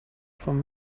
from